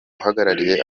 uhagarariye